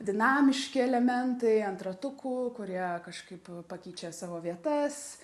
dinamiški elementai ant ratukų kurie kažkaip pakeičia savo vietas